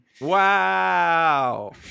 Wow